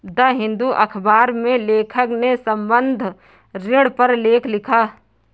the Hindu अखबार में लेखक ने संबंद्ध ऋण पर लेख लिखा